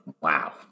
Wow